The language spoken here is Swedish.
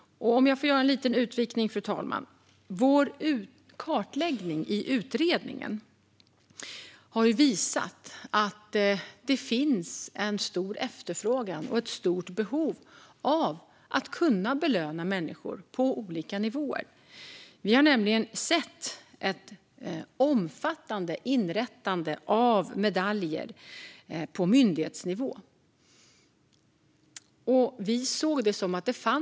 Om jag får göra en liten utvikning, fru talman, har vår kartläggning i utredningen visat att det finns en stor efterfrågan på och ett behov av att kunna belöna människor på olika nivåer. Vi har nämligen sett ett omfattande inrättande av medaljer på myndighetsnivå.